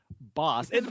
boss